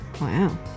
Wow